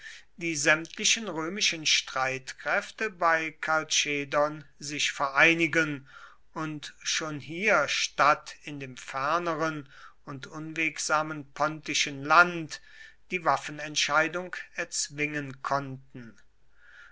die sämtlichen römischen streitkräfte bei kalchedon sich vereinigen und schon hier statt in dem ferneren und unwegsamen pontischen land die waffenentscheidung erzwingen konnten